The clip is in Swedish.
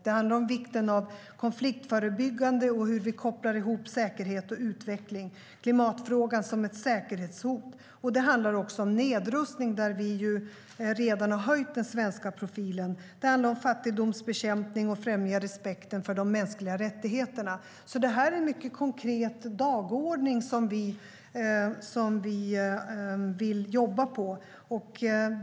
Det handlar om vikten av konfliktförebyggande och hur vi kopplar ihop säkerhet och utveckling, om klimatfrågan som ett säkerhetshot. Det handlar också om nedrustning, där vi redan har höjt den svenska profilen. Det handlar om fattigdomsbekämpning och att främja respekten för de mänskliga rättigheterna. Det är en mycket konkret dagordning som vi vill jobba med.